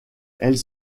elles